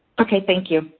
okay, thank you.